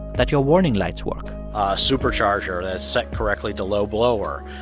that your warning lights work supercharger, that it's set correctly to low blower,